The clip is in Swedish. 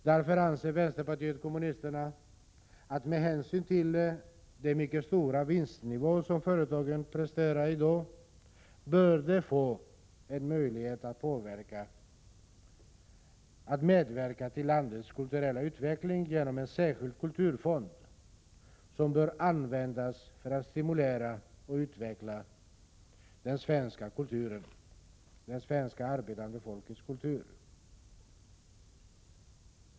Därför anser vänsterpartiet kommunisterna att företagen med hänsyn till den mycket höga vinstnivå som de presterar i dag bör få en möjlighet att medverka till landets kulturella utveckling genom en särskild kulturfond som bör användas för att stimulera och utveckla den svenska kulturen, det svenska arbetande folkets kultur.